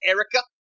Erica